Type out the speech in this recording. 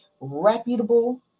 reputable